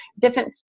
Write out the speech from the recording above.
different